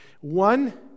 One